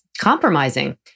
compromising